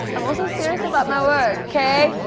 i'm also serious about my work okay.